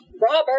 Robert